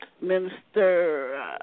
Minister